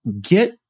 get